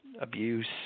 abuse